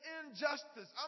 injustice